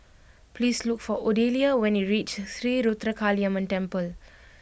please look for Odelia when you reach Sri Ruthra Kaliamman Temple